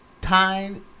Time